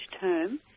term